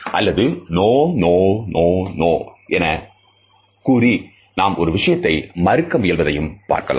அல்லது "no no no no no" எனக்கூறி நாம் ஒரு விஷயத்தை மறுக்க முயல்வதையும் பார்க்கலாம்